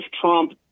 Trump